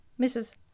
Mrs